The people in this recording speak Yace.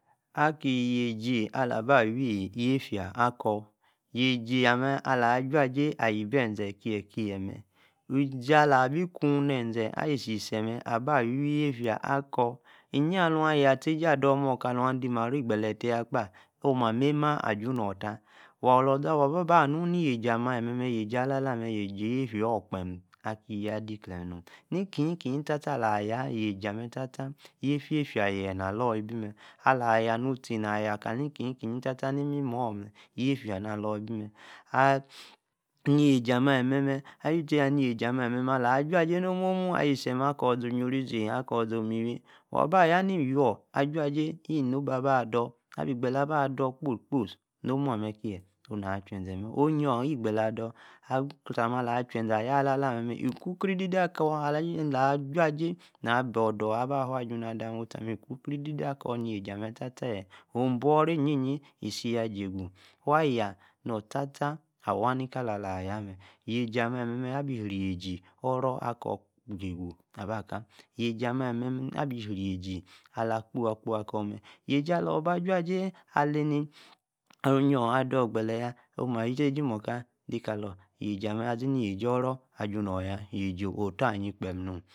Yeji-alabi-awi yefia akor yeji ama a ala-ajujay ayibeze chaime-izela, abí kuu, nezí-ayisise mee, aba yafía akor, lyi-aly laya, atsi ado mer, yaadimanva, igbele tayaa taa-me, Omamamma aju no tag, or taa ba amu, ni yast amer, yesi Jafia kpem nom. yefia, taa-ba lor niribi waa yejamee Yeji-mee-alon ajujay oyor, abi gbele aba-actor kposí kposi, nomu sti chei na, achese mee, a a-awn gbele ador, usti elku crididi akon, alos ajajay na bodor aba faar afu ada mee, usti abi ku crididi akon ni-eşi amee, Oro-esi waa yeji amee Jiegu-abak-a, yeji amee, alimee, abi ieyesi ala-kpo-kpo akor, yeji alor ba ajujay aley-ni, oyon-ador gbele, yaa, isi ejiorekar dekalor, yeji-amee, azi-n-oro isi ror yaa.